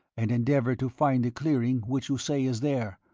and endeavour to find the clearing which you say is there,